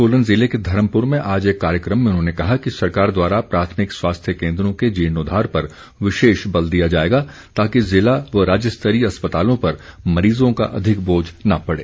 सोलन ज़िले के धर्मपुर में आज एक कार्यक्रम में उन्होंने कहा कि सरकार द्वारा प्राथमिक स्वास्थ्य केन्द्रों के जीर्णोद्वार पर विशेष बल दिया जाएगा ताकि ज़िला व राज्यस्तरीय अस्पतालों पर मरीज़ों का अधिक बोझ न पड़े